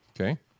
Okay